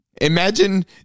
Imagine